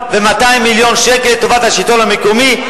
1.2 מיליארד שקל לטובת השלטון המקומי.